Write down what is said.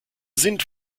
sind